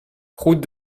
route